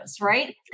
right